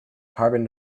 carbon